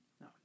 No